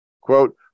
Quote